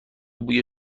بوی